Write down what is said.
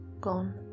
gone